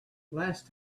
last